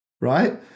right